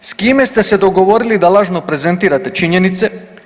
S kime ste se dogovorili da lažno prezentirate činjenice?